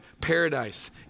paradise